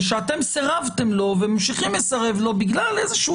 ושאתם סירבתם לו וממשיכים לסרב לו בגלל איזשהו